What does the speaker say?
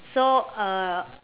so uh